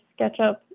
SketchUp